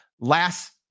Last